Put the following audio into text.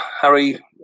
Harry